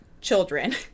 children